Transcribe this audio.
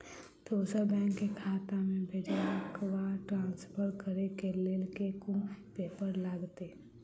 दोसर बैंक केँ खाता मे भेजय वा ट्रान्सफर करै केँ लेल केँ कुन पेपर लागतै?